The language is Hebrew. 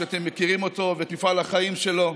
שאתם מכירים אותו ואת מפעל החיים שלו,